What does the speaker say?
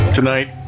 Tonight